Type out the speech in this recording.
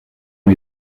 ont